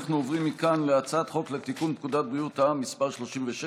אנחנו עוברים מכאן להצעת חוק לתיקון פקודת בריאות העם (מס' 36,